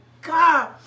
God